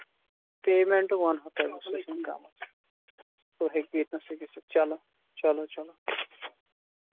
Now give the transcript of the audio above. payment وَنہو بہٕ تۄہہِ سۅ چھَنہٕ کتھ تُہۍ ہیٚکِو ؤنکیٚنس یِتھ چلو چلو چلو